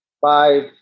five